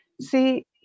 see